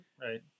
right